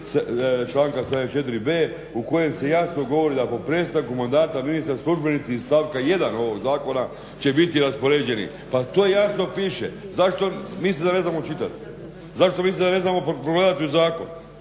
članka 74.b u kojem se jasno govori da po prestanku mandata ministra službenici iz stavka 1. ovog zakona će biti raspoređeni. Pa to jasno piše. Zašto mislite da ne znamo čitati? Zašto mislite da ne znamo pogledati u zakon?